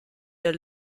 der